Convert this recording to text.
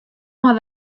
mar